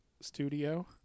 Studio